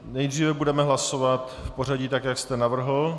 Nejdříve budeme hlasovat v pořadí tak, jak jste navrhl.